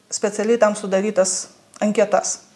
specialiai tam sudarytas anketas